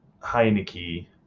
Heineke